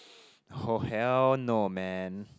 oh hell no man